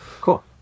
Cool